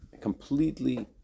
completely